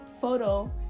photo